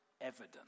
evidence